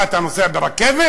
מה, אתה נוסע ברכבת?